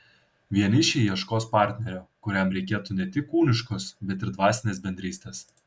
vienišiai ieškos partnerio kuriam reikėtų ne tik kūniškos bet ir dvasinės bendrystės